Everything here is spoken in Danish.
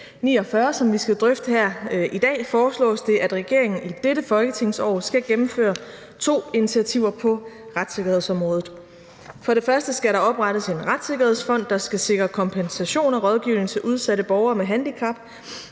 i dag, foreslås det, at regeringen i dette folketingsår skal gennemføre to initiativer på retssikkerhedsområdet. For det første skal der oprettes en retssikkerhedsfond, der skal sikre kompensation og rådgivning til udsatte borgere med handicap,